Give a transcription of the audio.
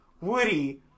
Woody